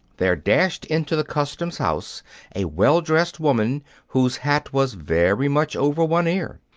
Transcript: there dashed into the customs-house a well-dressed woman whose hat was very much over one ear.